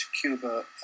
Cuba